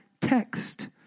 text